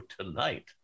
tonight